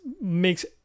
makes